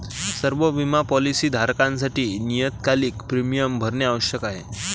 सर्व बिमा पॉलीसी धारकांसाठी नियतकालिक प्रीमियम भरणे आवश्यक आहे